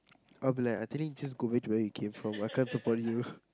I'll be like I think just go back to where you came from I can't support you